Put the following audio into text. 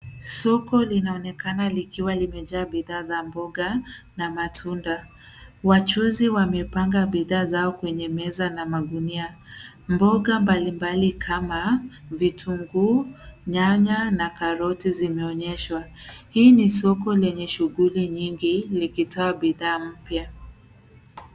Soko linaonekana likiwa limejaa bidhaa za mboga na matunda. Wachuuzi wamepanga bidhaa zao kwenye meza na magunia. Mboga mbalimbali kama vitunguu, nyanya na karoti zimeonyeshwa. Hii ni soko lenye shughuli nyingi likitoa bidhaa mpya.